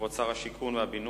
כבוד שר השיכון והבינוי